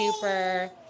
super